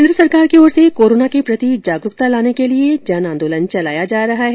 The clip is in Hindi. केन्द्र सरकार की ओर से कोरोना के प्रति जागरूकता लाने के लिए जन आंदोलन चलाया जा रहा है